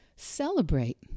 celebrate